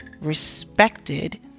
respected